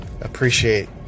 appreciate